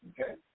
Okay